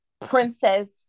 princess